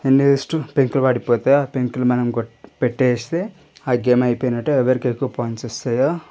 ఎన్నిపెంకులు పడిపోతే ఆ పెంకులు మనం కో పెట్టేస్తే ఆ గేమ్ అయిపోయినట్టే ఎవరికి ఎక్కువ పాయింట్స్ వస్తాయో